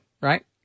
Right